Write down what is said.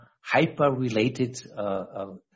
hyper-related